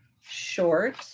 short